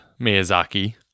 Miyazaki